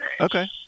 Okay